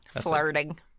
Flirting